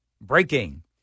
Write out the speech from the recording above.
breaking